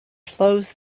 flows